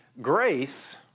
Grace